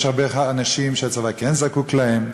יש הרבה אנשים שהצבא כן זקוק להם,